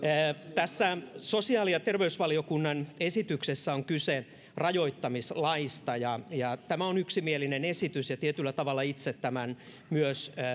tässä sosiaali ja terveysvaliokunnan esityksessä on kyse rajoittamislaista ja ja tämä on yksimielinen esitys ja tietyllä tavalla itse tämän myös